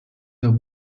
der